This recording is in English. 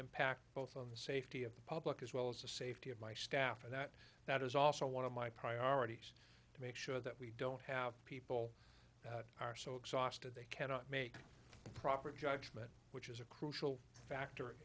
impact both of the safety of the public as well as the safety of my staff and that that is also one of my priorities to make sure that we don't have people that are so exhausted they cannot make a proper judgment which is a crucial factor